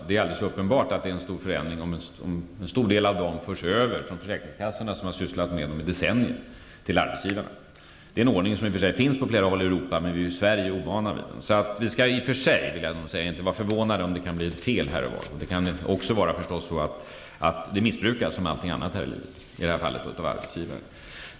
Det är alldeles uppenbart att det innebär en stor förändring om många av dessa fall förs över från försäkringskassorna, som har handlagt sådana fall i decennier, till arbetsgivarna. Det är en ordning som i och för sig finns på flera håll i Europa, men vi är i Sverige ovana vid den. Vi skall därför inte vara förvånade om det blir fel här och var. Det kan naturligtvis också missbrukas -- som allt annat här i livet -- i detta fall av arbetsgivaren.